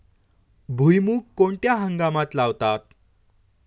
भुईमूग कोणत्या हंगामात लावतात?